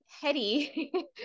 heady